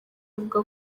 avuga